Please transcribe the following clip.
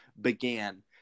began